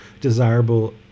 desirable